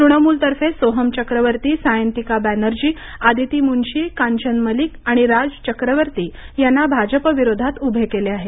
तृणमूलतर्फे सोहम चक्रवर्ती सायंतिका बॅनर्जी आदिती मुन्शी कांचन मलिक आणि राज चक्रवर्ती यांना भाजपविरोधात उभे केले आहे